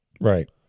Right